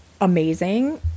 amazing